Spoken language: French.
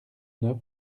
neuf